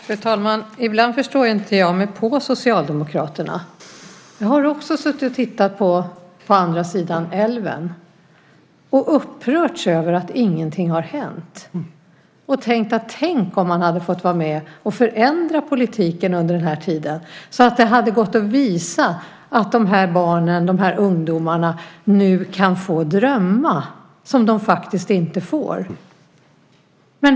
Fru talman! Ibland förstår jag mig inte på Socialdemokraterna. Jag såg också dokumentären På andra sidan älven och upprördes över att ingenting hänt, och jag tänkte: Tänk om man fått vara med och förändra politiken under den tid som gått så att vi hade kunnat visa att dessa barn och ungdomar kan få drömma, något som de nu inte får.